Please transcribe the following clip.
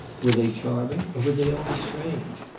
were they charming or were they only strange?